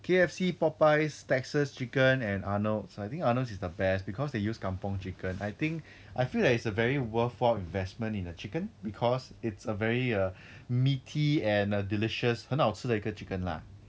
K_F_C popeyes texas chicken and arnold's I think arnold's is the best because they used kampong chicken I think I feel that it's a very worthwhile investment in a chicken because it's a very err meaty and err delicious 很好吃的一个 chicken lah